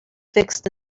fixed